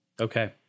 okay